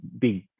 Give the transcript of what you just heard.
big